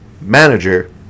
manager